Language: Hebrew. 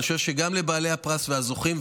אני חושב שגם לבעלי הפרס ולזוכים,